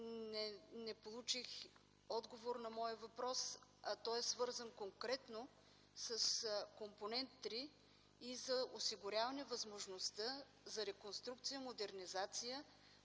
не получих отговор на моя въпрос, а той е свързан конкретно с Компонент 3 и за осигуряване възможността за реконструкция и модернизация